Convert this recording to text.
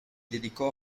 dedicò